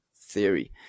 theory